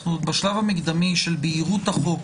אנחנו עוד בשלב המקדמי של בהירות החוק.